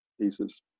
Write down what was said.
pieces